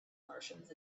martians